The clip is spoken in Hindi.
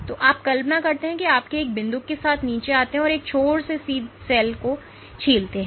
तो आप कल्पना करते हैं कि आप एक विंदुक के साथ नीचे आते हैं और एक छोर से सेल को छीलते हैं